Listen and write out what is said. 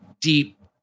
deep